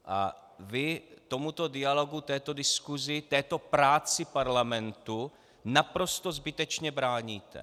A vy tomuto dialogu, této diskusi, této práci Parlamentu naprosto zbytečně bráníte.